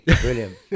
Brilliant